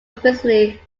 recently